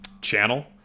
channel